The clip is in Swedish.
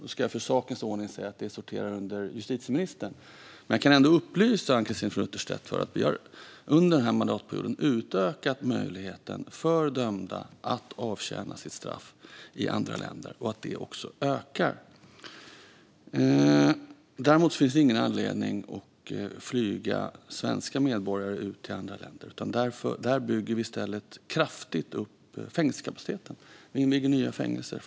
Jag ska för ordningens skull säga att detta sorterar under justitieministern, men jag kan ändå upplysa Ann-Christine From Utterstedt om att vi under den här mandatperioden har utökat möjligheten för dömda att avtjäna sitt straff i andra länder och att detta ökar. Däremot finns det ingen anledning att flyga svenska medborgare till andra länder. I stället bygger vi kraftigt ut fängelsekapaciteten. Vi inviger nya fängelser.